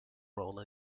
role